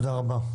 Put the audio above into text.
תודה רבה.